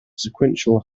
sequential